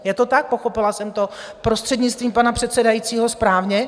Je to tak, pochopila jsem to prostřednictvím pana předsedajícího správně?